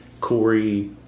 Corey